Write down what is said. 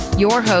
your host,